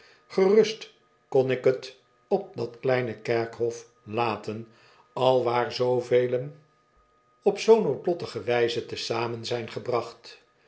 gerust kon ik t op dat kleine kerkhof laten alwaar zoovelen op zoo noodlottige wvize te zamen zijn gebracht